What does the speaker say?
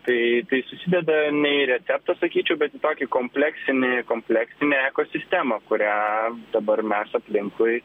tai tai susideda ne į receptą sakyčiau bet į tokį kompleksinį kompleksinę ekosistemą kurią dabar mes aplinkui